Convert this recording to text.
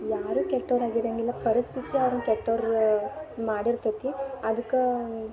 ಯಾರೂ ಕೆಟ್ಟೋರಾಗಿ ಇರಂಗಿಲ್ಲ ಪರಿಸ್ಥಿತಿ ಅವ್ರ್ನ ಕೆಟ್ಟೋರು ಮಾಡಿರ್ತೈತಿ ಅದ್ಕೆ